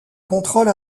contrôle